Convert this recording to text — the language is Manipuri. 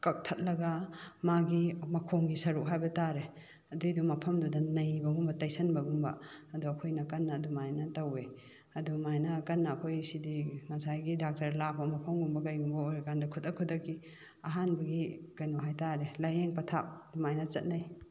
ꯀꯛꯊꯠꯂꯒ ꯃꯥꯒꯤ ꯃꯈꯣꯝꯒꯤ ꯁꯔꯨꯛ ꯍꯥꯏꯕ ꯇꯥꯔꯦ ꯑꯗꯨꯏꯗꯣ ꯃꯐꯝꯗꯨꯗ ꯅꯩꯕꯒꯨꯝꯕ ꯇꯩꯁꯟꯕꯒꯨꯝꯕ ꯑꯗꯣ ꯑꯩꯈꯣꯏꯅ ꯀꯟꯅ ꯑꯗꯨꯃꯥꯏꯅ ꯇꯧꯋꯦ ꯑꯗꯨꯃꯥꯏꯅ ꯀꯟꯅ ꯑꯩꯈꯣꯏ ꯁꯤꯗꯤ ꯉꯁꯥꯏꯒꯤ ꯗꯥꯛꯇꯔ ꯂꯥꯞꯄ ꯃꯐꯝꯒꯨꯝꯕ ꯀꯩꯒꯨꯝꯕ ꯑꯣꯏꯔꯀꯥꯟꯗ ꯈꯨꯗꯛ ꯈꯨꯗꯛꯀꯤ ꯑꯍꯥꯟꯕꯒꯤ ꯀꯩꯅꯣ ꯍꯥꯏ ꯇꯥꯔꯦ ꯂꯥꯏꯌꯦꯡ ꯄꯊꯥꯞ ꯑꯗꯨꯃꯥꯏꯅ ꯆꯠꯅꯩ